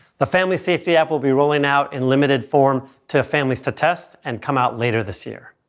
the family safety app will be rolling out in limited form to families to test and come out later this year.